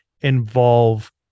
involve